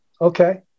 Okay